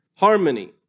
Harmony